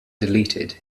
deleted